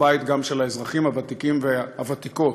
גם הבית של האזרחים הוותיקים והוותיקות.